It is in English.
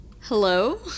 hello